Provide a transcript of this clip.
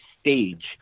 stage